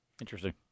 Interesting